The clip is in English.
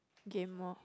game more